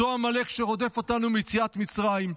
אותו עמלק שרודף אותנו מיציאת מצרים,